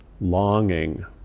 longing